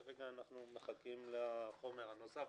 כרגע אנחנו מחכים לחומר הנוסף.